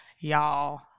y'all